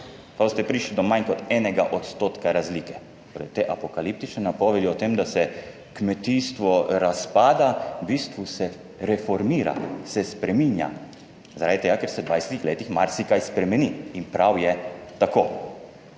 pa boste prišli do manj kot enega odstotka razlike. Torej, te apokaliptične napovedi o tem, da se kmetijstvo razpada, v bistvu se reformira, se spreminja, zaradi tega, ker se v 20 letih marsikaj spremeni in prav je tako.